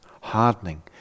hardening